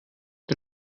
ihr